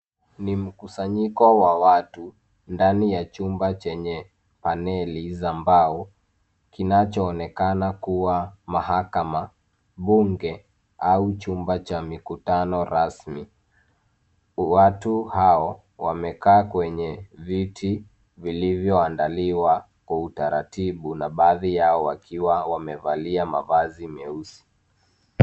Ni mkusanyiko wa watu ndani ya chumba chenye paneli za mbao kinachoonekana kuwa mahakama, bunge au chumba cha mikutano rasmi. Watu hao wamekaa kwenye viti vilivyoandaliwa kwa utaratibu na baadhi yao wakiwa wamevalia mavazi meusi.